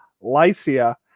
Lycia